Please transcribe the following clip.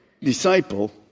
disciple